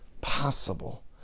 possible